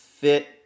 fit